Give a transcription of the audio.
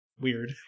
weird